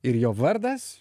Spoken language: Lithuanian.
ir jo vardas